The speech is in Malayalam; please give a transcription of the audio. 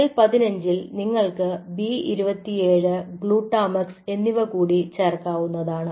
L 15 ൽ നിങ്ങൾക്ക് B 27 ഗ്ലൂട്ടാമക്സ് എന്നിവകൂടി ചേർക്കാവുന്നതാണ്